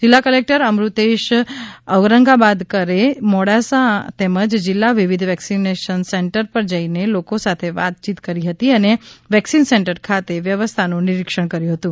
જિલ્લા કલેક્ટર અમૃતેશ ઔરંગાબાદકારે મોડાસા તેમજ જિલ્લાના વિવિધ વેક્સિન સેન્ટર પર જઈને લોકો સાથે વાતચીત કરી હતી અને વેક્સિન સેન્ટર ખાતે વ્યવસ્થાનું નિરીક્ષણ કર્યું હતું